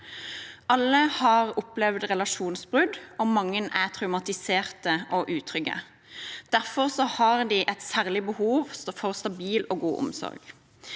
Alle har opplevd relasjonsbrudd, og mange er traumatiserte og utrygge. Derfor har de et særlig behov for stabil og god omsorg.